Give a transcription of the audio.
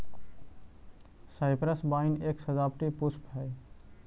cypress vine एक सजावटी पुष्प हई